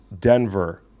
Denver